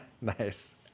Nice